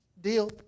Deal